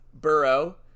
Burrow